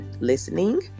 listening